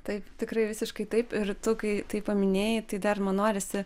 taip tikrai visiškai taip ir tu kai taip paminėjai tai dar man norisi